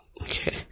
okay